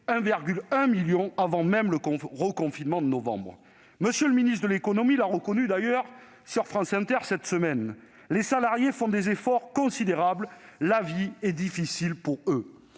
partiel avant même le reconfinement de novembre. M. le ministre de l'économie l'a d'ailleurs reconnu sur France Inter cette semaine :« Les salariés font des efforts considérables et la vie est difficile pour eux.